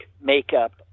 makeup